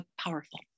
powerful